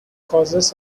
causes